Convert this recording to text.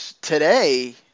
today